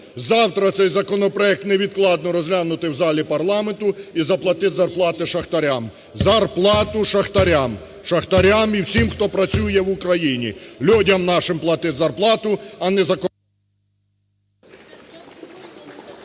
Завтра цей законопроект невідкладно розглянути в залі парламенту і заплатити зарплати шахтарям. Зарплату шахтарям! Шахтарям і всім, хто працює в Україні. Людям нашим платити зарплату. А не за….